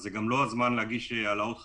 זה גם לא הזמן להגיש העלאות חריגות,